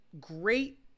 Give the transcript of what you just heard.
great